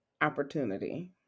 opportunity